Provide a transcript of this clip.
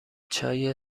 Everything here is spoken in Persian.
چای